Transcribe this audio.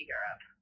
Europe